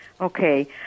Okay